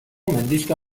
mendixka